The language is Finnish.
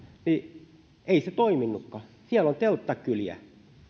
niin ei se toiminutkaan siellä on telttakyliä